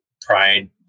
Pride